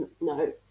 no